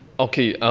okay,